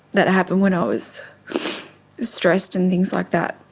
that happened when i was stressed and things like that.